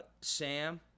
Sam